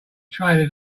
trainers